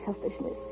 selfishness